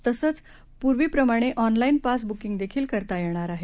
तसंच पूर्वी प्रमाणे ऑनलाइन पास बुकिंग देखील करता येणार आहे